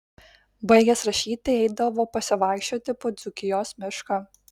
baigęs rašyti eidavo pasivaikščioti po dzūkijos mišką